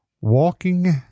Walking